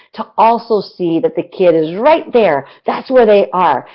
to also see that that kid is right there. that's where they are.